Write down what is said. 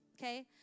okay